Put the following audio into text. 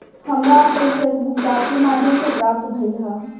हमरा आपन cheque book डाक के माध्यम से प्राप्त भइल ह